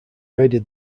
raided